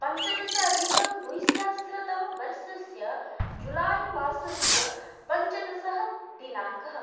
पञ्चदशाधिकद्विसहस्रतम वर्षस्य जुलाय्मासस्य पञ्चदशः दिनाङ्कः